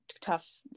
tough